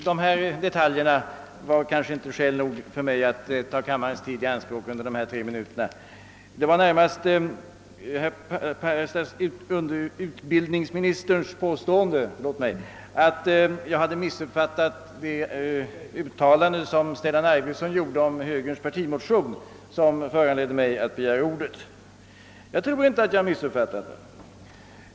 Dessa detaljer är kanske inte skäl nog för mig att nu ta kammarens tid i anspråk tre minuter; det var närmast utbildningsministerns påstående att jag hade missuppfattat det uttalande som herr Arvidson gjorde om högerns partimotion som föranledde mig att begära ordet. Jag tror inte att jag har missuppfattat uttalandet.